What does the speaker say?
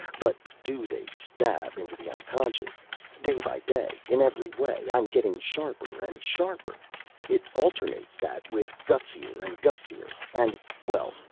but do they stab into the unconscious day by day in every way i'm getting sharper and sharper it alternates that with gutsier and gutsier and. well,